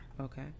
okay